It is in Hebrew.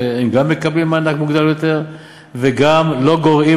שהם גם מקבלים מענק מוגדל יותר וגם לא גורעים